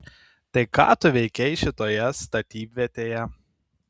tai ką tu veikei šitoje statybvietėje